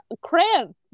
crayon